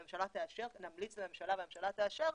נמליץ לממשלה והממשלה תאשר,